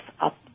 up